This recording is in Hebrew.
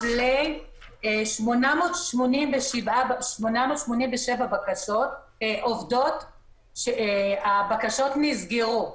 ל-887 בקשות של עובדות שהבקשות נסגרו,